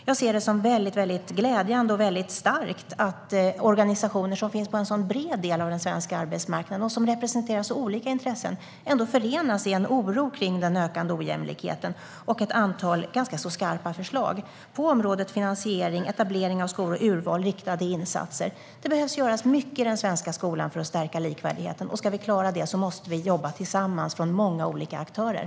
Jag ser det som glädjande och starkt att organisationer som finns på en så bred del av den svenska arbetsmarknaden och som representerar så olika intressen ändå förenas i en oro för den ökande ojämlikheten och ett antal ganska skarpa förslag på området finansiering, etablering av skolor, urval och riktade insatser. Det behöver göras mycket i den svenska skolan för att stärka likvärdigheten, och ska vi klara det måste vi jobba tillsammans, många olika aktörer.